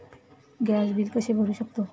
Gas bill कसे भरू शकतो?